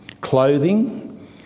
clothing